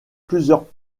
plusieurs